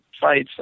fights